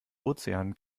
ozean